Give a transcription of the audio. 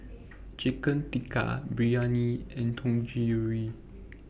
Chicken Tikka Biryani and Dangojiru